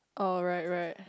oh right right